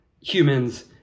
humans